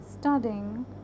studying